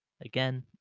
Again